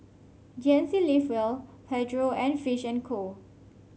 G N C Live Well Pedro and Fish and Co